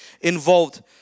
involved